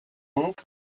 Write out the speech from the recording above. donc